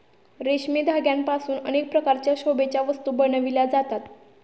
रेशमी धाग्यांपासून अनेक प्रकारच्या शोभेच्या वस्तू बनविल्या जातात